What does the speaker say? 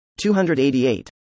288